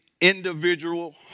Individual